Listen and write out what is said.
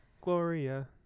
Gloria